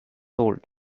old